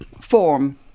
form